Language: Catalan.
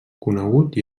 conegut